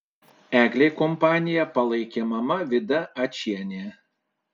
eglei kompaniją palaikė mama vida ačienė